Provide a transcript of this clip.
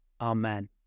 Amen